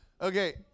Okay